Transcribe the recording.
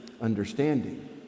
understanding